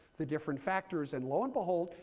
the different factors. and lo and behold,